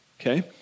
okay